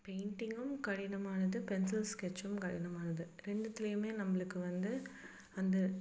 பெயிண்டிங்கும் கடினமானது பென்சில் ஸ்கெட்சும் கடினமானது ரெண்டுத்துலேயுமே நம்மளுக்கு வந்து அந்த